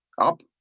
up